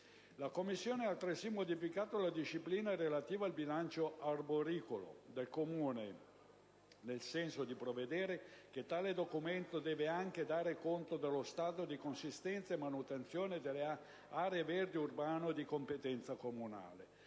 La Commissione ha altresì modificato la disciplina relativa al bilancio arboricolo del Comune, nel senso di prevedere che tale documento deve anche dare conto dello stato di consistenza e manutenzione delle aree verdi urbane di competenza comunale.